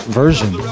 version